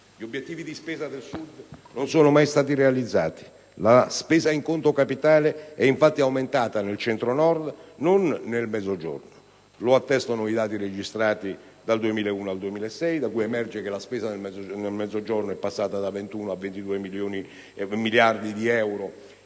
Gli obiettivi di spesa nel Sud non sono mai stati realizzati e la spesa in conto capitale è infatti aumentata nel Centro Nord, non nel Mezzogiorno: lo attestano i dati registrati dal 2001 al 2006, dai quali emerge che la spesa del Mezzogiorno è passata da 21 a 22,2 miliardi di euro